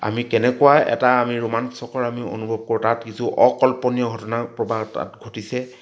আমি কেনেকুৱা এটা আমি ৰোমাঞ্চকৰ আমি অনুভৱ কৰোঁ তাত কিছু অকল্পনীয় ঘটনা প্ৰবাহ তাত ঘটিছে